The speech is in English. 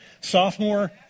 sophomore